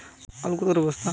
আলু কত করে বস্তা?